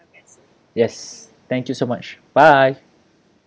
yes thank you so much bye